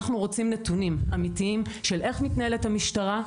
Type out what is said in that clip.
אנחנו רוצים נתונים אמיתיים איך מתנהלת המשטרה,